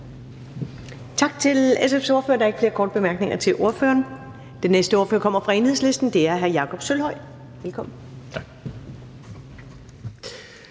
Tak til SF's ordfører. Der er ikke flere korte bemærkninger til ordføreren. Den næste ordfører kommer fra Enhedslisten, og det er fru Jette Gottlieb. Kl.